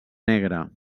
negre